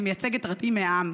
שמייצגת רבים מהעם.